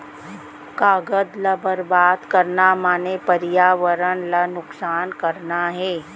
कागद ल बरबाद करना माने परयावरन ल नुकसान करना हे